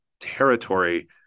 territory